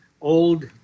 old